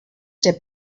der